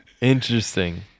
interesting